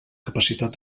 capacitat